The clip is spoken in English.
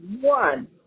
one